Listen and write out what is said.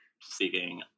seeking